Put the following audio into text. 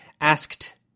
Asked